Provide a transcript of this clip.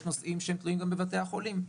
יש נושאים שהם תלויים גם בבתי החולים.